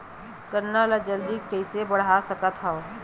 गन्ना ल जल्दी कइसे बढ़ा सकत हव?